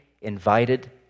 invited